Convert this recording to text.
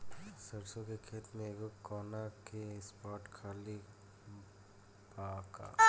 सरसों के खेत में एगो कोना के स्पॉट खाली बा का?